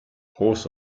horse